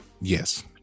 Yes